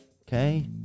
Okay